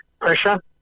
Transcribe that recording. pressure